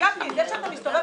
שקל למשרד התפוצות?